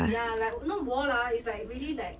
ya like no~ war lah is like really like